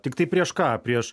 tiktai prieš ką prieš